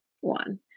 one